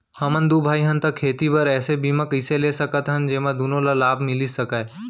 हमन दू भाई हन ता खेती बर ऐसे बीमा कइसे ले सकत हन जेमा दूनो ला लाभ मिलिस सकए?